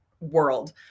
world